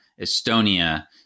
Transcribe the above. Estonia